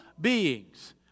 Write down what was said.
beings